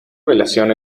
relación